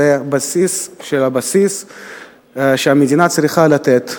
זה דבר בסיסי שהמדינה צריכה לתת,